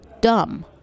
dumb